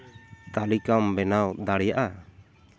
ᱛᱟᱹᱞᱤᱠᱟᱢ ᱵᱮᱱᱟᱣ ᱫᱟᱲᱮᱭᱟᱜᱼᱟ